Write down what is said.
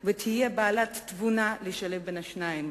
ותהיה בעלת תבונה לשלב בין השתיים.